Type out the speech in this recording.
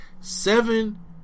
seven